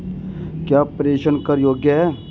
क्या प्रेषण कर योग्य हैं?